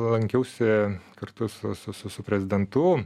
lankiausi kartu su su su su prezidentu